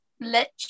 let